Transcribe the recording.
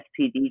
SPD